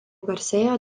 garsėjo